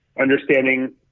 Understanding